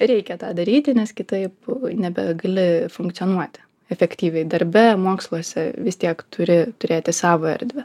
reikia tą daryti nes kitaip nebegali funkcionuoti efektyviai darbe moksluose vis tiek turi turėti savo erdvę